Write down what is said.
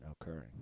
occurring